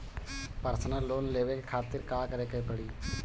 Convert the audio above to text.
Personal loan लेवे खातिर का करे के पड़ी?